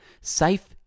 Safe